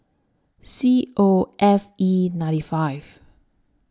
C O F E ninety five